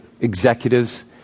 executives